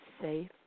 safe